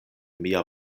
mia